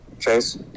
Chase